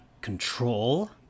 Control